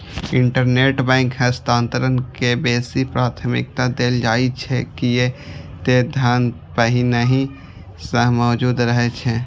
intrabank हस्तांतरण के बेसी प्राथमिकता देल जाइ छै, कियै ते धन पहिनहि सं मौजूद रहै छै